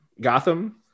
gotham